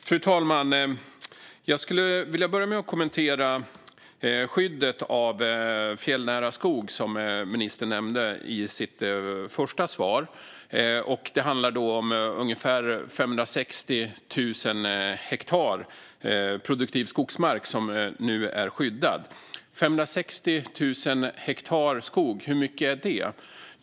Fru talman! Jag skulle vilja börja med att kommentera skyddet av fjällnära skog, som ministern nämnde i sitt första svar. Det handlar om ungefär 560 000 hektar produktiv skogsmark som nu är skyddad. 560 000 hektar skog - hur mycket är det?